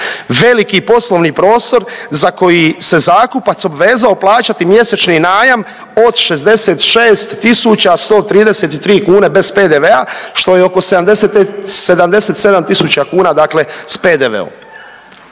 veliki poslovni prostor za koji se zakupac obvezao plaćati mjesečni najam od 66133 kune bez PDV-a što je oko 77000 kuna, dakle sa PDV-om.